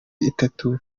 itatu